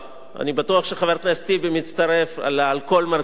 אני בטוח שחבר הכנסת טיבי מצטרף ל"על כל מרכיביו".